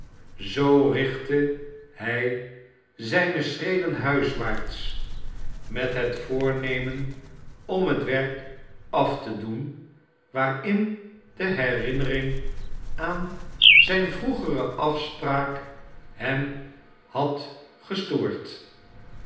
zoo richtte hij zijne schreden huiswaarts met het voornemen om het werk af te doen waarin de herinnering aan zijne vroegere afspraak hem had gestoord